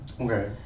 Okay